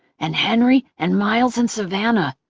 and henry and miles, and savanna.